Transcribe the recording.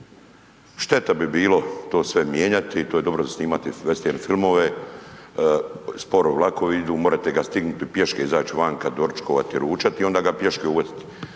Šteta bi bilo to sve mijenjati, to je dobro za snimati vestern filmove, sporo vlakovi idu, možete ga stignuti, pješke izaći vanka, doručkovati, ručati, onda ga pješke uhvatiti.